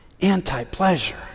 anti-pleasure